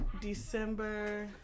December